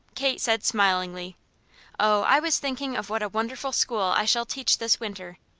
kate said smilingly oh, i was thinking of what a wonderful school i shall teach this winter.